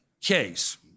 case